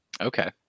okay